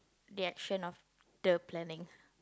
the action of the planning